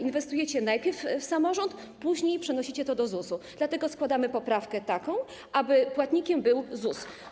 Inwestujecie najpierw w samorząd, później przenosicie to do ZUS-u, dlatego składamy taką poprawkę, aby płatnikiem był ZUS.